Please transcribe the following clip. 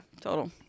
total